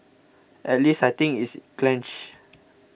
at least I think it's clenched